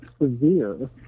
severe